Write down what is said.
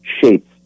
shapes